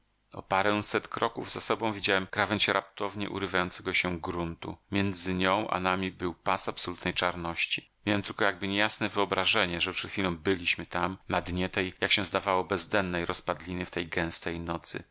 snem o paręset kroków za sobą widziałem krawędź raptownie urywającego się gruntu między nią a nami był pas absolutnej czarności miałem tylko jakby niejasne wyobrażenie że przed chwilą byliśmy tam na dnie tej jak się zdawało bezdennej rozpadliny w tej gęstej nocy